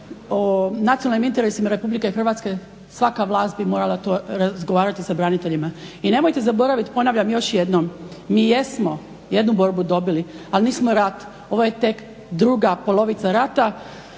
o nacionalnim interesima Republike Hrvatske svaka vlast bi morala to razgovarati sa braniteljima. I nemojte zaboraviti ponavljam još jednom, mi jesmo jednu borbu dobili, ali nismo rat. Ovo je tek druga polovica rata